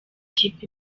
ikipe